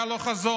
היה לו חזון,